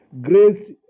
Grace